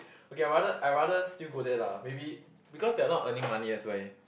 okay I rather I rather still go there lah maybe because they are not earning money that's why